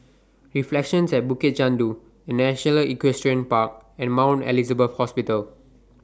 Reflections At Bukit Chandu The National Equestrian Park and Mount Elizabeth Hospital